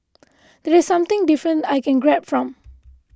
that's something different I can grab from